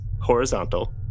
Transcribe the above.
horizontal